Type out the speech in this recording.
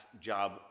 job